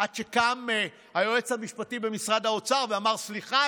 עד שקם היועץ המשפטי במשרד האוצר ואמר: סליחה,